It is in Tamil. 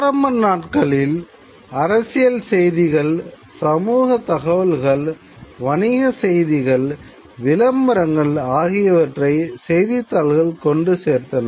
ஆரம்ப நாட்களில் அரசியல் செய்திகள் சமூக தகவல்கள் வணிகச் செய்திகள் விளம்பரங்கள் ஆகியவற்றை செய்தித்தாள்கள் கொண்டு சேர்த்தன